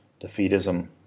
defeatism